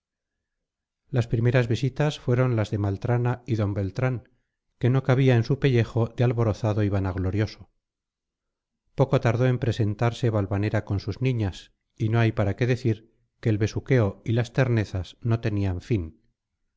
las primeras visitas fueron las de maltrana y d beltrán que no cabía en su pellejo de alborozado y vanaglorioso poco tardó en presentarse valvanera con sus niñas y no hay para qué decir que el besuqueo y las ternezas no tenían fin